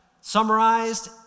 Summarized